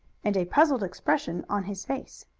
and a puzzled expression on his face.